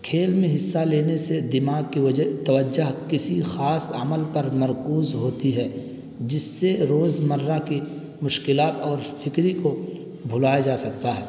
کھیل میں حصہ لینے سے دماغ کی وجہ توجہ کسی خاص عمل پر مرکوز ہوتی ہے جس سے روزمرہ کی مشکلات اور فکر کو بھلایا جا سکتا ہے